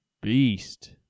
beast